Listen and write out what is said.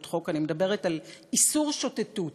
אני מדברת על איסור שוטטות.